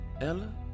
Ella